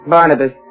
Barnabas